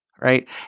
right